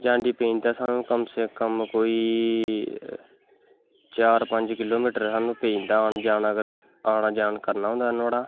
जांडी पिंड ऐ इत्थुआं दा कम से कम कोई चार पंज किलो मीटर साह्नू पेई जंदा अगर आन जा करना होऐ नोहाड़ा